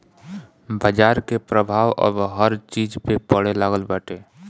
बाजार के प्रभाव अब हर चीज पे पड़े लागल बाटे